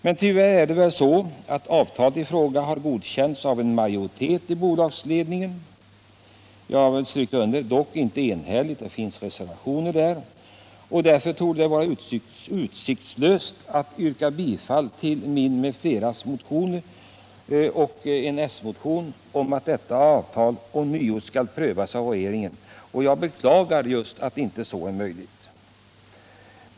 Men tyvärr är det väl så att avtalet i fråga har godkänts av en majoritet i bolagsledningen, dock inte enhälligt — jag vill understryka att det finns reservationer. Därför torde det vara utsiktslöst att yrka bifall till den motion som jag m.fl. väckt — och till en s-motion — om att detta avtal ånyo skall prövas av regeringen. Jag beklagar att så inte är möjligt.